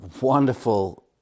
wonderful